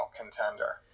contender